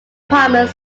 apartment